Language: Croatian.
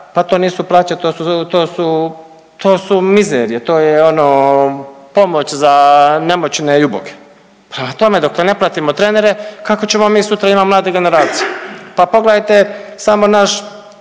to su, to su, to su mizerije, to je ono pomoć za nemoćne i uboge. Prema tome, dokle ne platimo trenere, kako ćemo mi sutra imati mlade generacije? Pa pogledajte samo naš